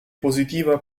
positiva